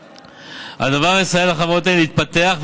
הדבר יסייע לחברות אלה להתפתח,